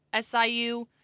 SIU